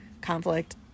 conflict